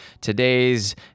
today's